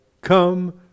come